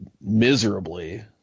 miserably